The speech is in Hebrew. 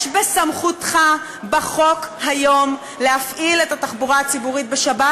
יש בסמכותך בחוק היום להפעיל את התחבורה הציבורית בשבת,